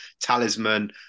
talisman